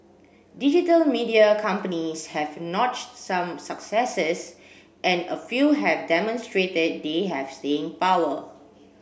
digital media companies have notched some successes and a few have demonstrated they have staying power